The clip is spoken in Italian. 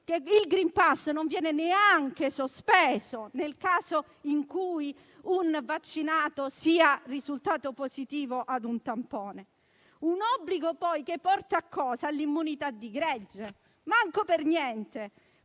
che il *green pass* non viene neanche sospeso nel caso in cui un vaccinato sia risultato positivo a un tampone. Un obbligo, poi, che porta a cosa? All'immunità di gregge? Manco per niente!